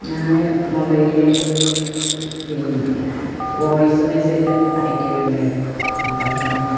ഞാൻ മൊബൈലിൽ പിന്നെ വോയിസ്സ് മെസ്സേജ് അയക്കലുണ്ട് അത്പോലെ തന്നെ